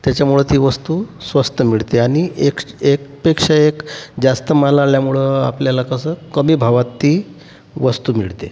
त्याच्यामुळं ती वस्तु स्वस्त मिळते आणि एक एकपेक्षा एक जास्त माल आल्यामुळं आपल्याला कसं कमी भावात ती वस्तु मिळते